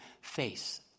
face